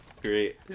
great